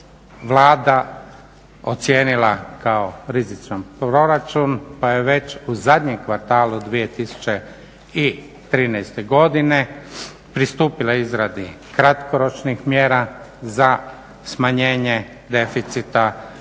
Vlada ocijenila kao rizičan proračun pa je već u zadnjem kvartalu 2013. godine pristupila izradi kratkoročnih mjera za smanjenje deficita i